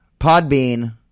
Podbean